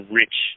rich